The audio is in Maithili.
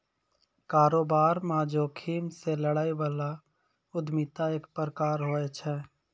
कारोबार म जोखिम से लड़ै बला उद्यमिता एक प्रकार होय छै